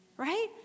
Right